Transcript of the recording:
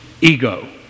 Ego